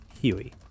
Huey